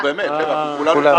נו, באמת, חבר'ה.